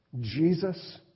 Jesus